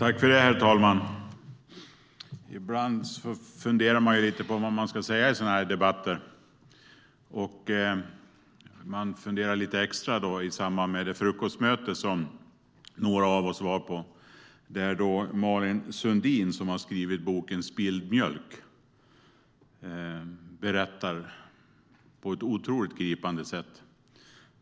Herr talman! Ibland funderar man lite på vad man ska säga i sådana här debatter. Jag funderade lite extra i samband med det frukostmöte som några av oss har varit på där Malin Sundin, som har skrivit boken Spilld mjölk , berättade på ett otroligt gripande sätt.